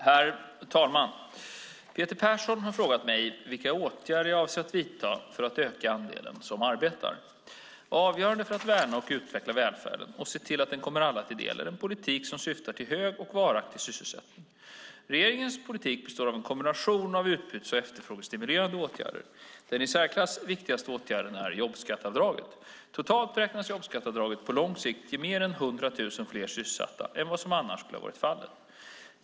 Herr talman! Peter Persson har frågat mig vilka åtgärder jag avser att vidta för att öka andelen som arbetar. Avgörande för att värna och utveckla välfärden och se till att den kommer alla till del är en politik som syftar till hög och varaktig sysselsättning. Regeringens politik består av en kombination av utbuds och efterfrågestimulerande åtgärder. Den i särklass viktigaste åtgärden är jobbskatteavdraget. Totalt beräknas jobbskatteavdraget på lång sikt ge mer än 100 000 fler sysselsatta än vad som annars skulle ha varit fallet.